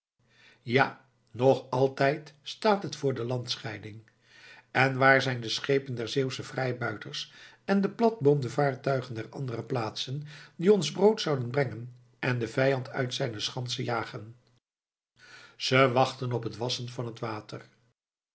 ja nog altijd staat het voor de landscheiding en waar zijn de schepen der zeeuwsche vrijbuiters en de platboomde vaartuigen der andere plaatsen die ons brood zouden brengen en den vijand uit zijne schansen jagen ze wachten op het wassen van het water